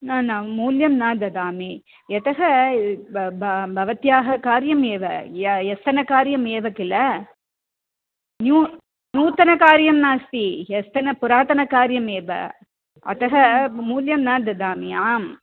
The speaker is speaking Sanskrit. न न मूल्यं न ददामि यतः ब् ब भवत्याः कार्यमेव ह्यः ह्यस्तन कार्यमेव किल न्यून् नूतनकार्यं नास्ति ह्यस्तनपुरातन कार्यमेव अतः मूल्यं न ददामि आम्